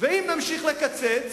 אם נמשיך לקצץ,